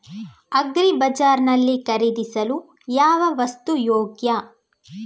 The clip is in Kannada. ಅಗ್ರಿ ಬಜಾರ್ ನಲ್ಲಿ ಖರೀದಿಸಲು ಯಾವ ವಸ್ತು ಯೋಗ್ಯ?